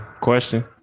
question